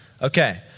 Okay